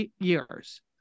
years